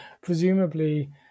presumably